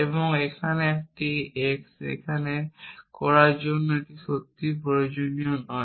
এবং এখানে একটি x এখানে এটি করার জন্য এটি সত্যিই প্রয়োজনীয় নয়